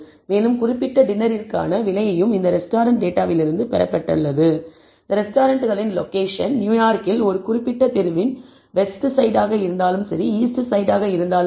மேலும் குறிப்பிட்ட டின்னரிற்கான விலையும் இந்த ரெஸ்டாரன்ட் டேட்டாவிகளுக்கு பெறப்பட்டது Refer Time2815 இந்த ரெஸ்டாரன்ட்களின் லொகேஷன் நியூயார்க்கில் ஒரு குறிப்பிட்ட தெருவின் வெஸ்ட்சைட் இருந்தாலும் சரி ஈஸ்ட்சைட் இருந்தாலும் சரி